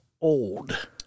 old